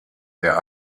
der